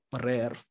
rare